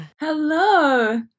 Hello